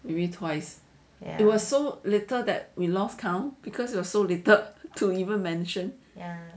ya